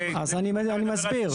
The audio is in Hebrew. אז אני מסביר.